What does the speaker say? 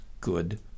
good